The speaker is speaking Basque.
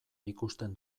ikusten